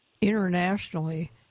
internationally